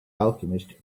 alchemist